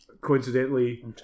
coincidentally